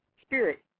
spirit